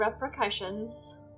repercussions